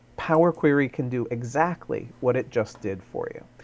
power query can do exactly what it just did for you.